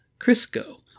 Crisco